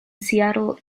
seattle